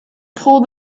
pull